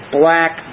black